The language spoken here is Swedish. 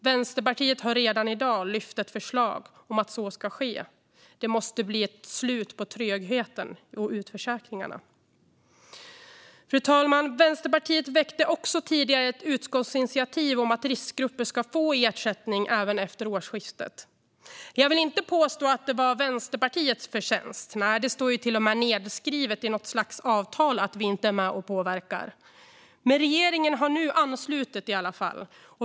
Vänsterpartiet har redan i dag lyft fram ett förslag om att så ska ske. Det måste bli ett slut på trögheten och utförsäkringarna. Fru talman! Vänsterpartiet väckte tidigare också ett utskottsinitiativ om att riskgrupper ska få ersättning även efter årsskiftet. Jag vill inte påstå att det var Vänsterpartiets förtjänst. Nej, det står ju till och med nedskrivet i något slags avtal att vi inte är med och påverkar. Men regeringen har nu anslutit sig i alla fall.